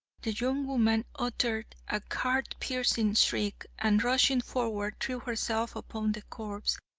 the young woman uttered a heart-piercing shriek, and, rushing forward, threw herself upon the corpse,